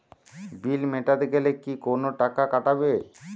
বিল মেটাতে গেলে কি কোনো টাকা কাটাবে?